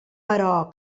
però